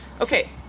Okay